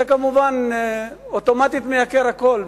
זה כמובן אוטומטית מייקר הכול,